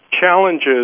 challenges